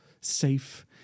safe